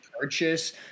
purchase